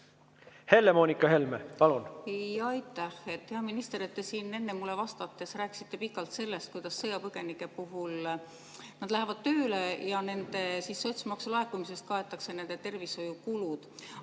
Helle-Moonika Helme, palun! Aitäh! Hea minister! Te siin enne mulle vastates rääkisite pikalt sellest, kuidas sõjapõgenikud lähevad tööle ja nende sotsmaksulaekumisest kaetakse nende tervishoiukulud.